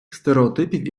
стереотипів